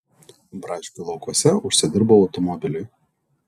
braškių laukuose užsidirbau automobiliui